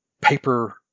paper